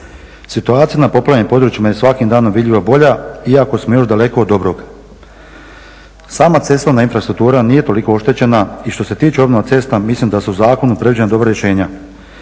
Situacija na poplavljenim područjima je svakim danom vidljivo bolja, iako smo još daleko od dobrog. Sama cestovna infrastruktura nije toliko oštećena i što se tiče obnova cesta mislim da su zakonom predviđena dobra rješenja.